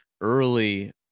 early